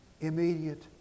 immediate